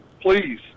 please